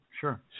Sure